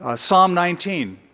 ah psalm nineteen